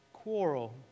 Quarrel